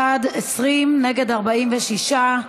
בעד, 20, נגד, 46,